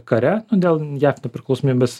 kare nu dėl jav nepriklausomybės